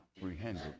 comprehended